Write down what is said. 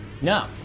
No